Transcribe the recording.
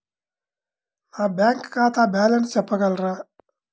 నా బ్యాంక్ ఖాతా బ్యాలెన్స్ చెప్పగలరా?